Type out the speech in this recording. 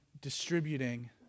distributing